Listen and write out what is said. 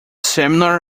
seminar